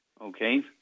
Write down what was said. okay